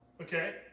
Okay